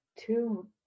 Two